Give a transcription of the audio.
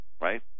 right